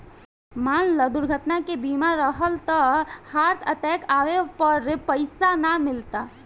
मान ल दुर्घटना के बीमा रहल त हार्ट अटैक आवे पर पइसा ना मिलता